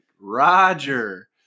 Roger